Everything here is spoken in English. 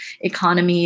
economy